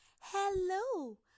Hello